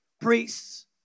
priests